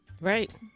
Right